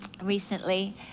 recently